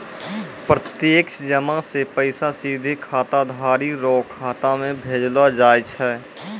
प्रत्यक्ष जमा से पैसा सीधे खाताधारी रो खाता मे भेजलो जाय छै